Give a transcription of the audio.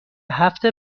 هفت